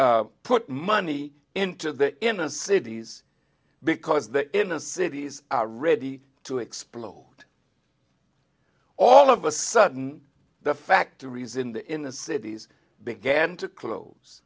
not put money into the inner cities because the inner cities are ready to explode all of a sudden the factories in the cities began to close